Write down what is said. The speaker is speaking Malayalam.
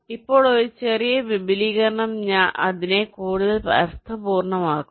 ഇപ്പോൾ ഒരു ചെറിയ വിപുലീകരണം അതിനെ കൂടുതൽ അർത്ഥപൂർണ്ണമാക്കുന്നു